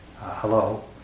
hello